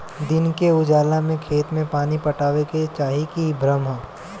दिन के उजाला में खेत में पानी पटावे के चाही इ भ्रम ह